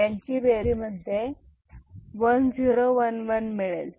यांची बेरीज केल्यावर बायनरी मध्ये 1 0 1 1 मिळेल